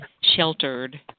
sheltered